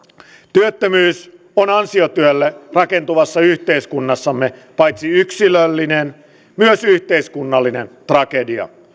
työttömyys on ansiotyölle rakentuvassa yhteiskunnassamme paitsi yksilöllinen myös yhteiskunnallinen tragedia